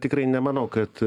tikrai nemanau kad